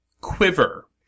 quiver